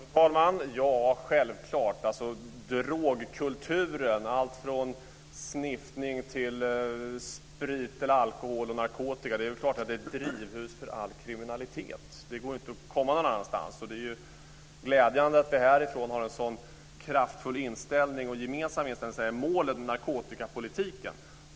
Fru talman! Självklart! Drogkulturen - alltifrån sniffning till sprit, alkohol och narkotika - är ett drivhus för all kriminalitet. Det går inte att komma någon annanstans. Det är glädjande att vi här har en så kraftfull gemensam inställning i målet med narkotikapolitiken.